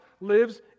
lives